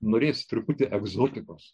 norėjosi truputį egzotikos